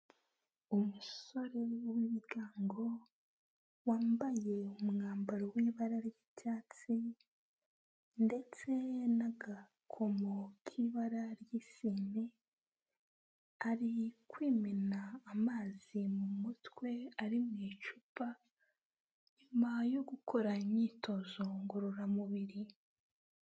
Umusore w'ibigango wambaye umwambaro w'ibara ry'icyatsi ndetse n'agakomo k'ibara ry'isine, ari kwimena amazi mu mutwe ari mu icupa, nyuma yo gukora imyitozo ngororamubiri.